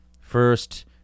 first